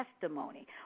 testimony